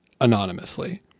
anonymously